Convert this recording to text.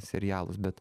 serialus bet